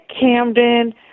Camden